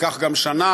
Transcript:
ייקח גם שנה,